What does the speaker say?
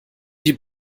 die